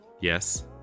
Yes